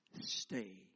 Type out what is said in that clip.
Stay